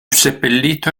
seppellito